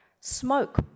Smoke